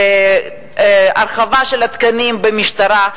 הרחבה של התקנים במשטרה.